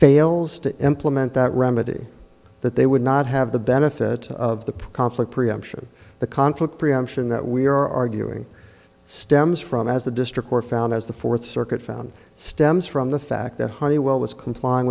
fails to implement that remedy that they would not have the benefit of the conflict preemption the conflict preemption that we are arguing stems from as the district court found as the fourth circuit found stems from the fact that honeywell was complying